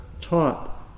taught